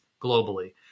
globally